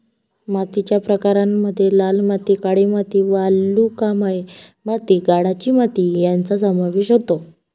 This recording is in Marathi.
मातीच्या प्रकारांमध्ये लाल माती, काळी माती, वालुकामय माती, गाळाची माती यांचा समावेश होतो